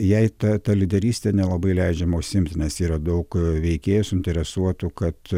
jei ta ta lyderyste nelabai leidžiama užsiimti nes yra daug veikėjų suinteresuotų kad